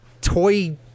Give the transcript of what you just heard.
toy